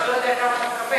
שאתה לא יודע מה אתה מקבל.